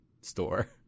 store